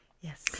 Yes